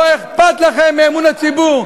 לא אכפת לכם מאמון הציבור.